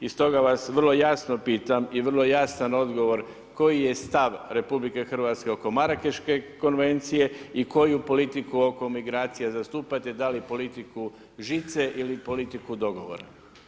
I stoga vas vrlo jasno pitam i vrlo jasan odgovor koji je stav RH oko Marakeške konvencije i koju politiku oko migracija zastupate, da li politiku žice ili politiku dogovora?